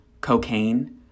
cocaine